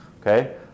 okay